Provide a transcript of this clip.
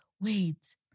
wait